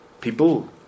People